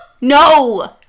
No